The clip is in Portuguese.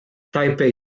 taipei